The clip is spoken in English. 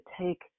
take